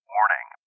Warning